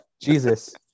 jesus